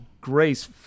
grace